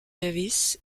davies